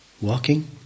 walking